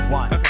one